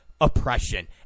oppression